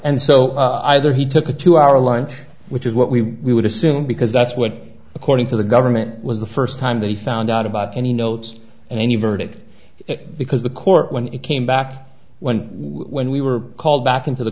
and so either he took a two hour lines which is what we would assume because that's what according to the government was the first time they found out about any notes and any verdict it because the court when it came back when when we were called back into the